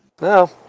No